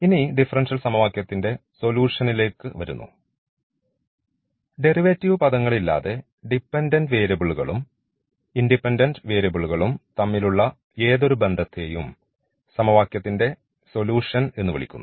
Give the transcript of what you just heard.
ഇനി ഡിഫറൻഷ്യൽ സമവാക്യത്തിന്റെ സൊലൂഷൻലേക്ക് വരുന്നു ഡെറിവേറ്റീവ് പദങ്ങളില്ലാതെ ഡിപെൻഡൻറ് വേരിയബിൾകളും ഇൻഡിപെൻഡൻറ് വേരിയബിൾകളും തമ്മിലുള്ള ഏതൊരു ബന്ധത്തെയും സമവാക്യത്തിന്റെ സൊല്യൂഷൻ എന്നു വിളിക്കുന്നു